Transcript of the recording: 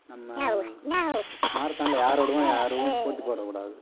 நம்ம மாரத்தானில் யாரோடவும் யாரும் போட்டி போடக் கூடாது